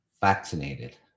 vaccinated